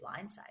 blindside